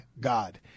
God